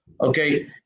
okay